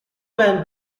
vingt